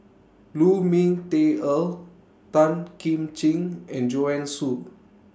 Lu Ming Teh Earl Tan Kim Ching and Joanne Soo